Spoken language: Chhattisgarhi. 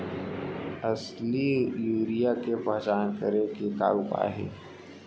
असली यूरिया के पहचान करे के का उपाय हे?